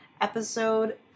episode